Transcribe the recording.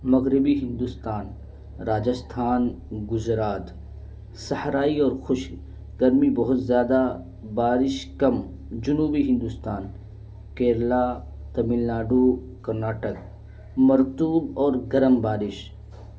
مغربی ہندوستان راجستھان گجرات سہرائی اور خوش گرمی بہت زیادہ بارش کم جنوبی ہندوستان کیرلا تمل ناڈو کرناٹک مرتوب اور گرم بارش